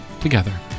together